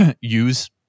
use